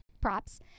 props